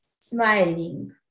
smiling